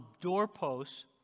doorposts